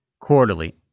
quarterly